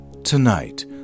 tonight